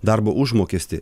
darbo užmokestį